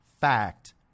fact